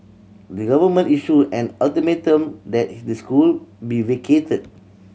the government issued an ultimatum that the school be vacated